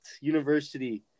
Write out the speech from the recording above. University